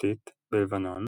ותשתית בלבנון